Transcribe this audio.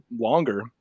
longer